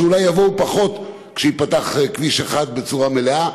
שאולי יבואו פחות כשייפתח כביש 1 בצורה מלאה,